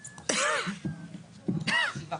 שבעה.